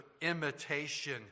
imitation